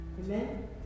Amen